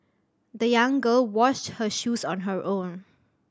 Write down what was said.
the young girl washed her shoes on her own